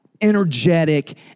energetic